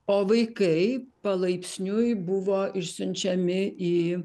o vaikai palaipsniui buvo išsiunčiami į